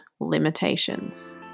limitations